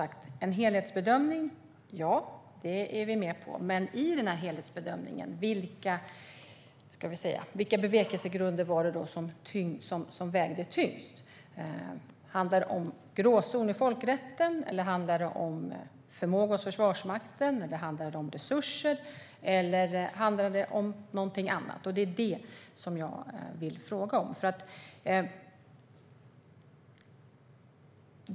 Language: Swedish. En helhetsbedömning är vi med på, men vilka bevekelsegrunder vägde tyngst i den helhetsbedömningen? Handlade det om en gråzon i folkrätten, förmågan hos Försvarsmakten, resurser eller något annat? Det är det jag vill fråga om.